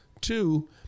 Two